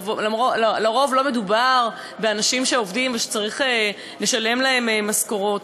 לרוב לא מדובר באנשים שעובדים ושצריך לשלם להם משכורות.